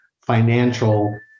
financial